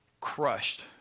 crushed